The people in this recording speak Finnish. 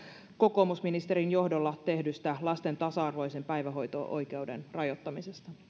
kokoomusministerin johdolla tehdystä lasten tasa arvoisen päivähoito oikeuden rajoittamisesta